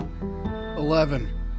Eleven